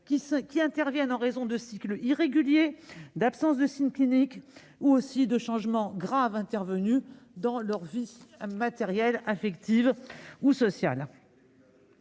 Sont également en cause des cycles irréguliers, l'absence de signes cliniques et des changements graves intervenus dans leur vie matérielle, affective ou sociale.